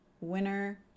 winner